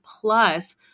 plus